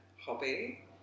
hobby